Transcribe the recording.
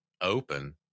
open